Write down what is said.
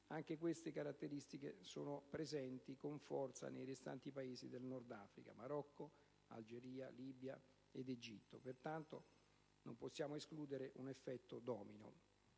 Anche queste caratteristiche sono presenti con forza nei restanti Paesi del Nordafrica, quali Marocco, Algeria, Libia ed Egitto. Pertanto, non possiamo escludere un effetto domino.